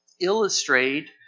illustrate